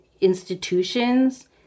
institutions